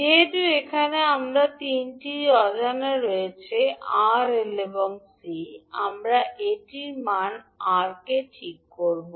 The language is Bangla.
যেহেতু এখানে আমাদের 3 টি অজানা রয়েছে আর এল এবং সি আমরা একটি মান আরকে ঠিক করব